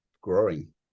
growing